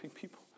people